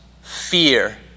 fear